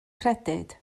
credyd